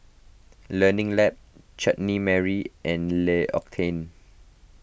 Learning Lab Chutney Mary and L'Occitane